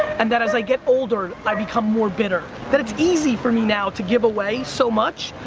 and that as i get older, i become more bitter. but it's easy for me now to give away so much,